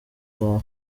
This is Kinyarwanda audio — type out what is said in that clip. bawe